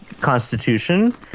Constitution